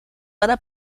para